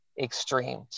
extreme